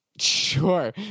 Sure